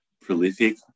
prolific